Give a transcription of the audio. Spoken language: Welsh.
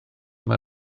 mae